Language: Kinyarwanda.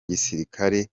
gisirikari